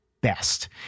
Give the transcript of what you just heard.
best